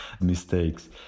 mistakes